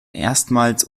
erstmals